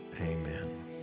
Amen